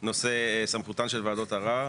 הממשלה, כמובן, כפי שנאמר פה, עומדת על עמדתה.